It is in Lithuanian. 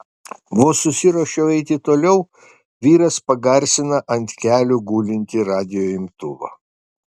vos susiruošiu eiti toliau vyras pagarsina ant kelių gulintį radijo imtuvą